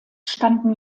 standen